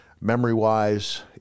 memory-wise